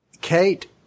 Kate